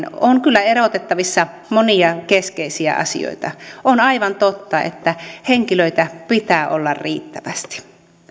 on kyllä erotettavissa monia keskeisiä asioita on aivan totta että henkilöitä pitää olla riittävästi